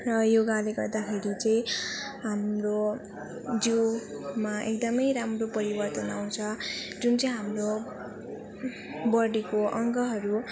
र योगाले गर्दाखेरि चाहिँ हाम्रो जिउमा एकदम राम्रो परिवर्तन आउँछ जुन चाहिँ हाम्रो बडीको अङ्गहरू